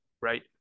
right